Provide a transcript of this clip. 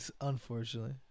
unfortunately